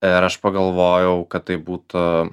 ir aš pagalvojau kad tai būtų